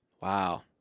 Wow